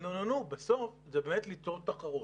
אלא בסוף זה באמת ליצור תחרות.